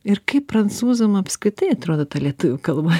ir kaip prancūzam apskritai atrodo ta lietuvių kalba